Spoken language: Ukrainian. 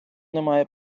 немає